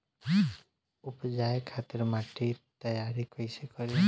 उपजाये खातिर माटी तैयारी कइसे करी?